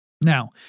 Now